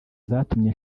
zatumye